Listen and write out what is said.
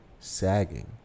sagging